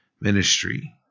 ministry